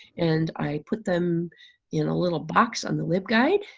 and i put them in a little box on the libguide